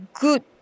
good